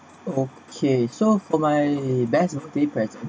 okay so for my best of papers